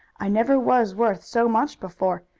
i never was worth so much before,